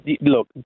look